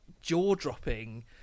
jaw-dropping